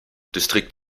distrikt